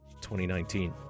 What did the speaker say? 2019